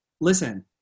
listen